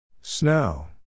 Snow